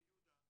כיהודה,